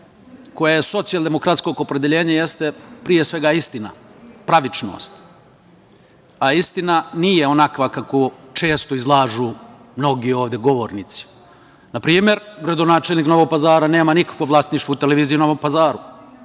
koja je socijaldemokratskog opredeljenja jeste pre svega istina, pravičnost, a istina nije onakva kakvu često izlažu mnogi ovde govornici. Na primer, gradonačelnik Novog Pazara nema nikakvo vlasništvo u televiziji u Novom Pazaru